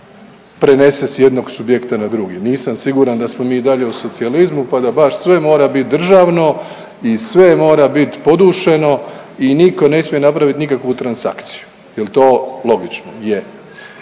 prenese s jednog subjekta na drugi, nisam siguran da smo mi i dalje u socijalizmu, pa da baš sve mora bit državno i sve mora bit podušeno i niko ne smije napravit nikakvu transakciju, jel to logično, je.